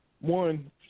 One